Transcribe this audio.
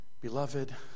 Beloved